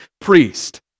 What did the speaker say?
priest